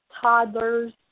toddlers